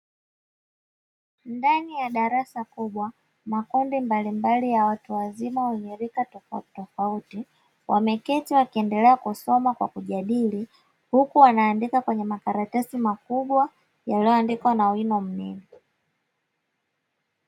Ndani ya darasa kubwa makundi ya watu wazima wenye rika tofautitofauti, wameketi wakiendelea kusoma wakijadili huku wanaandika kwenye makaratasi makubwa yalioandikwa na wino mnene.